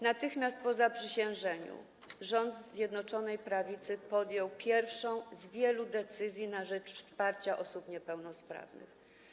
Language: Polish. Natychmiast po zaprzysiężeniu rząd Zjednoczonej Prawicy podjął pierwszą z wielu decyzji na rzecz wsparcia osób niepełnosprawnych.